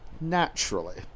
naturally